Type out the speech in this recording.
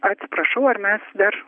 atsiprašau ar mes dar